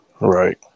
Right